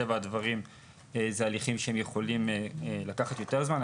מטבע הדברים זה הליכים שיכולים לקח יותר זמן.